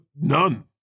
None